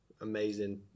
Amazing